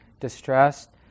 distressed